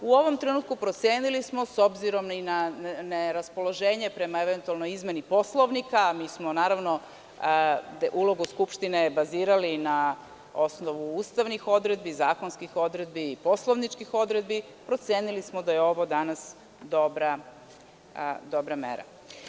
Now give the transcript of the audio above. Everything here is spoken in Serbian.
U ovom trenutku procenili smo, s obzirom na raspoloženje prema eventualnoj izmeni Poslovnika, mi smo, naravno, ulogu Skupštine bazirali na osnovu ustavnih odredbi, zakonskih odredbi i poslovničkih odredbi, procenili smo da je ovo danas dobra mera.